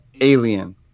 alien